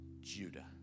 Judah